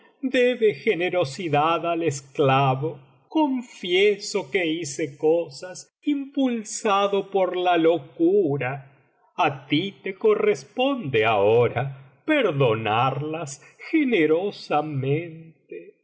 debe generosidad al esclavo confieso que hice cosas impulsado por la locura a ti te corresponde ahora perdonarlas generosamente